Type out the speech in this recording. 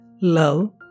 love